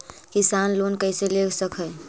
किसान लोन कैसे ले सक है?